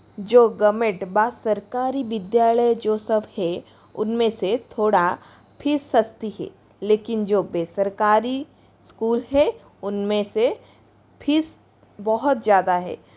जो गमेट व सरकारी विद्यालय जो सब हैं उनमें से थोड़ा फिस सस्ती है लेकिन जो वे सरकारी इस्कूल है उनमें से फीस बहुत ज़्यादा है